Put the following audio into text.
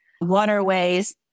waterways